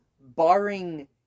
barring